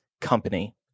Company